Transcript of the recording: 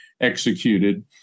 executed